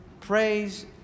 praise